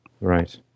Right